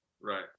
right